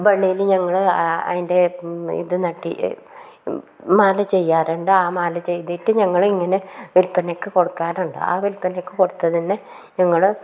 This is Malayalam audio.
വള്ളിയിൽ ഞങ്ങൾ അതിൻ്റെ ഇത് നട്ടിട്ട് മാല ചെയ്യാറുണ്ട് ആ മാല ചെയ്തിട്ട് ഞങ്ങൾ ഇങ്ങനെ വിൽപ്പനയ്ക്ക് കൊടുക്കാറുണ്ട് ആ വിൽപ്പനയ്ക്ക് കൊടുത്തതിൽ നിന്ന് ഞങ്ങൾ